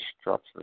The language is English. structure